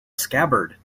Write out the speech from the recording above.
scabbard